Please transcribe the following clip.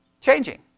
Changing